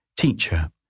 Teacher